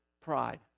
pride